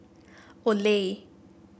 Olay